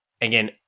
Again